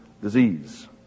disease